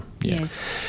Yes